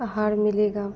अहार मिलेगा